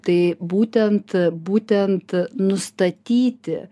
tai būtent būtent nustatyti